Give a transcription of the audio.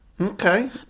Okay